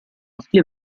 altri